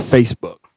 Facebook